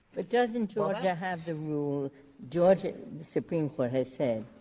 but doesn't georgia have the rule georgia, the supreme court has said,